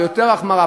ביותר החמרה,